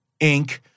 Inc